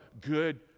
good